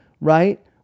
right